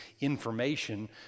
information